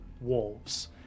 wolves